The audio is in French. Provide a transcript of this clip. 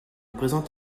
présent